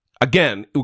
Again